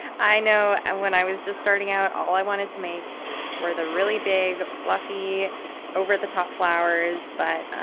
i know and when i was just starting out, all i wanted to make were the really big fluffy over the top flowers. but,